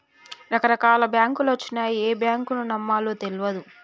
రకరకాల బాంకులొచ్చినయ్, ఏ బాంకును నమ్మాలో తెల్వదు